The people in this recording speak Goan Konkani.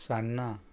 सान्नां